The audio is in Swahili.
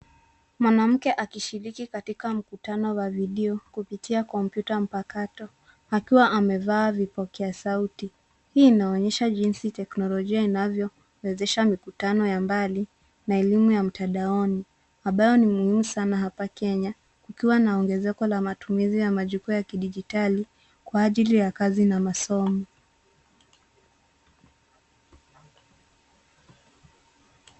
Mwanamke akishiriki katika mkutano wa video kupitia kompyuta mpakato akiwa amevaa vipokea sauti. Hii inaonyesha jinsi teknolojia inavyowezesha mikutano ya mbali na elimu ya mtandaoni ambayo ni muhimu sana hapa kenya kukiwa na ongezeko la matumizi ya majukuu ya kidijitali kwa ajili ya kazi na masomo.